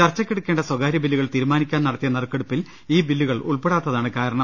ചർച്ചക്കെടുക്കേണ്ട സ്വകാര്യ ബില്ലുകൾ തീരു മാനിക്കാൻ നടത്തിയ നറുക്കെടുപ്പിൽ ഈ ബില്ലുകൾ ഉൾപെ ടാത്തതാണ് കാരണം